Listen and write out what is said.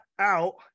out